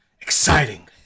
Exciting